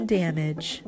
damage